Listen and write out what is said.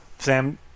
Sam